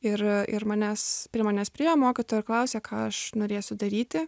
ir ir manęs prie manęs priėjo mokytoja ir klausė ką aš norėsiu daryti